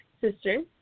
sister